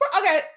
Okay